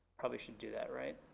probably should do that, right?